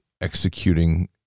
executing